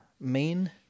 main